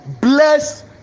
bless